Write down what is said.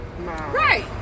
right